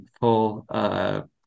full